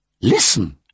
Listen